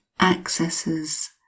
accesses